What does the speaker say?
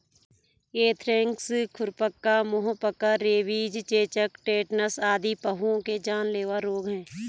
anthrax, खुरपका, मुहपका, rabies, चेचक, टेटनस आदि पहुओं के जानलेवा रोग हैं